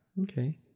okay